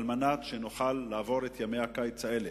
על מנת שנוכל לעבור את ימי הקיץ האלה.